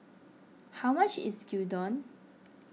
how much is Gyudon